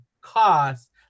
cost